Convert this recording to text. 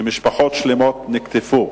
משפחות שלמות נקטפו.